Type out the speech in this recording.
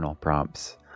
prompts